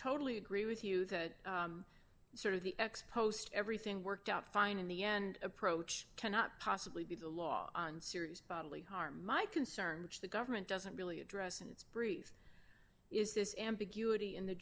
totally agree with you that sort of the ex post everything worked out fine in the end approach cannot possibly be the law on serious bodily harm my concern which the government doesn't really address and it's breeze is this ambiguity in the